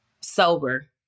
sober